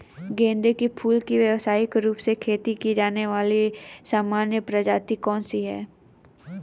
गेंदे के फूल की व्यवसायिक रूप से खेती की जाने वाली सामान्य प्रजातियां कौन सी है?